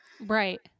Right